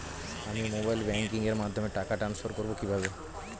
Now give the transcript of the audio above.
আমি mobile banking এর মাধ্যমে টাকা টান্সফার করব কিভাবে?